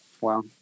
Wow